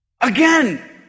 Again